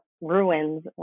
ruins